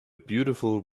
beautiful